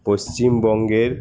পশ্চিমবঙ্গের